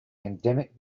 endemic